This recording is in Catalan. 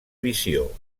visió